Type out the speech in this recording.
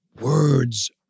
Words